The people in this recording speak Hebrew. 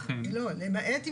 לא, למעט,